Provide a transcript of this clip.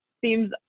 seems